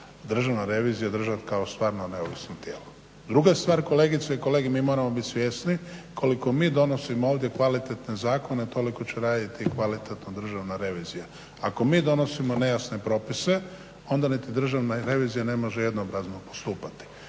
Državna revizija držati kao stvarno neovisno tijelo. Druga stvar kolegice i kolege, mi moramo bit svjesni koliko mi donosimo ovdje kvalitetne zakone toliko će raditi kvalitetno Državna revizija. Ako mi donosimo nejasne propise onda niti Državna revizija ne može jednoobrazno postupati.